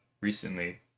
recently